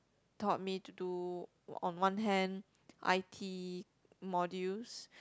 taught me to do on one hand i_t modules